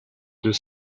deux